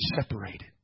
separated